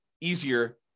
easier